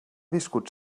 viscut